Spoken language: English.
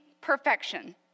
perfection